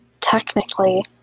Technically